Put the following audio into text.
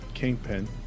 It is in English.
Kingpin